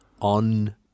On